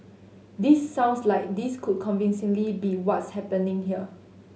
this sounds like this could convincingly be what's happening here